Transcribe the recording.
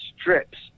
strips